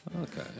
Okay